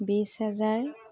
বিছ হেজাৰ